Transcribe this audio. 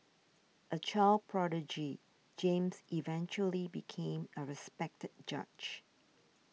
a child prodigy James eventually became a respected judge